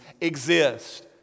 exist